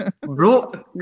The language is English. Bro